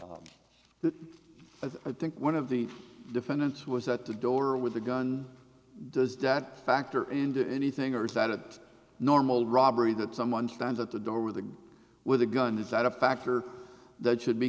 was i think one of the defendants was at the door with a gun does that factor into anything or is that a normal robbery that someone stands at the door with a with a gun is that a factor that should be